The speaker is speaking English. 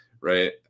right